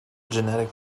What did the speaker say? genetic